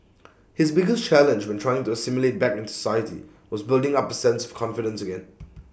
his biggest challenge when trying to assimilate back into society was building up A sense of confidence again